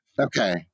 Okay